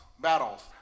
battles